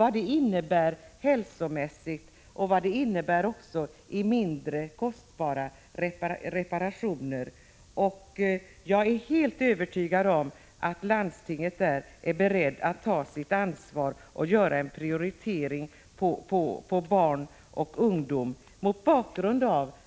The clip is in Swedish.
har innebär hälsomässigt och 89 vad den innebär i form av mindre kostbara tandreparationer. Jag är helt övertygad om att landstingen är beredda att ta sitt ansvar och prioritera barnoch ungdomstandvården.